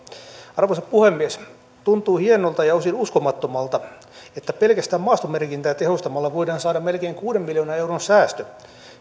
arvoisa puhemies tuntuu hienolta ja osin uskomattomalta että pelkästään maastomerkintää tehostamalla voidaan saada melkein kuuden miljoonan euron säästöt